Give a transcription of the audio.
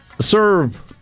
serve